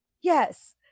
Yes